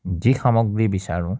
যি সামগ্ৰী বিচাৰোঁ